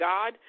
God